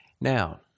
Now